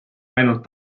ainult